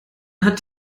hat